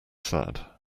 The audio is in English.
sad